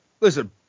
listen